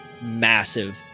massive